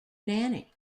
nanny